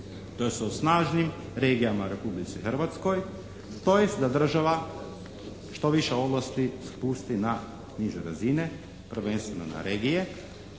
tj. o snažnim regijama u Republici Hrvatskoj, tj. da država što više ovlasti spusti na niže razine, prvenstveno na regije